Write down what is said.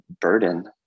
burden